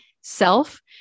self